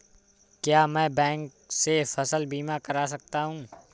क्या मैं बैंक से फसल बीमा करा सकता हूँ?